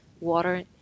water